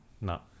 No